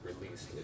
released